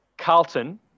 Carlton